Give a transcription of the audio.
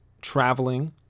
traveling